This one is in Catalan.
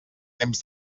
temps